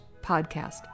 podcast